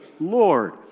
Lord